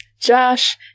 josh